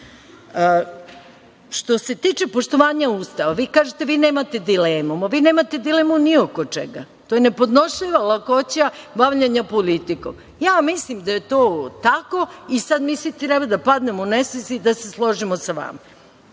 se tiče poštovanja Ustava, vi kažete, nemate dilemu. Vi nemate dilemu ni oko čega, to je nepodnošljiva lakoća bavljenja politikom. Ja mislim da je to tako i sad mi svi treba da padnemo u nesvest i da se složimo sa vama.